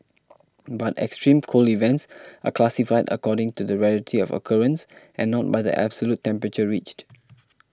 but extreme cold events are classified according to the rarity of occurrence and not by the absolute temperature reached